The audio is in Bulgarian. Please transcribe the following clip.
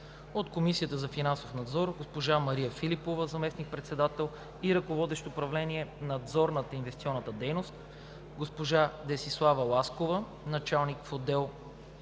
от Комисията за финансов надзор – госпожа Мария Филипова – заместник-председател и ръководещ управление „Надзор на инвестиционната дейност“, госпожа Десислава Ласкова – началник в отдел